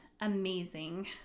amazing